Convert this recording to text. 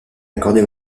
accordée